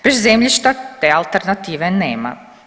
Bez zemljišta te alternative nema.